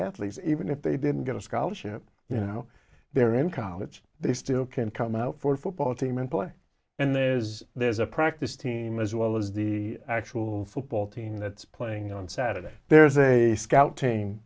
athletes even if they didn't get a scholarship you know they're in college they still can come out for football team and play and there is there's a practice team as well as the actual football team that's playing on saturday there's a scout team